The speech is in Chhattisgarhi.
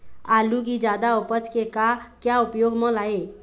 आलू कि जादा उपज के का क्या उपयोग म लाए?